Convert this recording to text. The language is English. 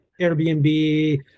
Airbnb